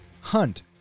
Hunt